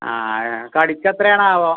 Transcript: ആ കടിക്കെത്രയാണാവോ